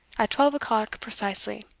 at twelve o'clock precisely.